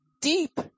deep